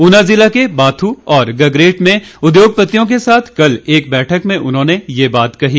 उना जिला के बाथू और गगरेट में उद्योगपतियों के साथ कल एक बैठक में उन्होंने ये बात कही